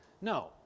No